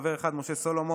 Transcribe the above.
חבר אחד: משה סולומון,